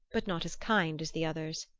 but not as kind as the others.